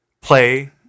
play